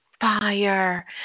fire